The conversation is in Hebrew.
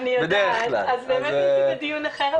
הייתי בדיון אחר,